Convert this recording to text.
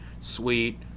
sweet